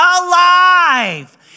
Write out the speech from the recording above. alive